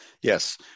Yes